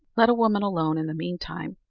let a woman alone, in the meantime,